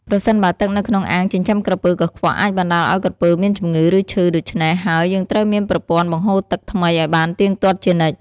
ប្រសិនបើទឹកនៅក្នុងអាងចិញ្ចឹមក្រពើកខ្វក់អាចបណ្តាលឲ្យក្រពើមានជំងឺ ឬឈឺ ដូចច្នេះហើយយើងត្រូវមានប្រព័ន្ធបញ្ចូលទឹកថ្មីឲ្យបានទៀងទាត់ជានិច្ច។